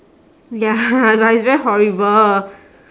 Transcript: ya but it's very horrible